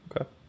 okay